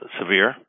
severe